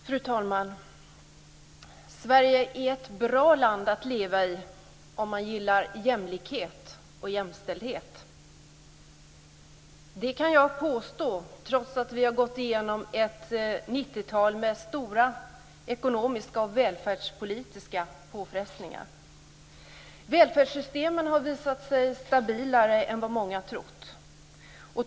Fru talman! Sverige är ett bra land att leva i om man gillar jämlikhet och jämställdhet. Det kan jag påstå trots att vi har gått igenom ett 90-tal med stora ekonomiska och välfärdspolitiska påfrestningar. Välfärdssystemen har visat sig vara stabilare än vad många trott.